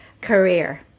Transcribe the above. career